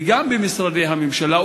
וגם במשרדי הממשלה,